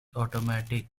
automatic